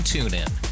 TuneIn